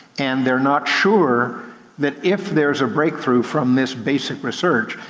and they're not sure that if there's a breakthrough from this basic research,